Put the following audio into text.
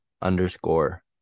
underscore